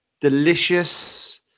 Delicious